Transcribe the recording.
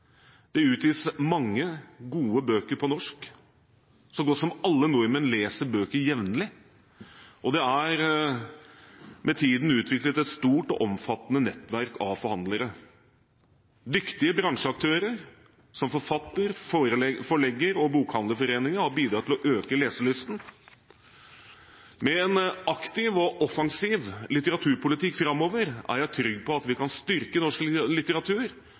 Det utgis mange gode bøker på norsk. Så godt som alle nordmenn leser bøker jevnlig, og det er med tiden utviklet et stort og omfattende nettverk av forhandlere. Dyktige bransjeaktører som forfatterforeninger, Forleggerforeningen og Bokhandlerforeningen har bidratt til å øke leselysten. Med en aktiv og offensiv litteraturpolitikk framover er jeg trygg på at vi kan styrke norsk litteratur